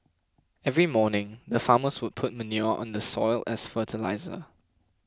every morning the farmers would put manure on the soil as fertilizer